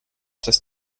das